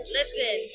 Listen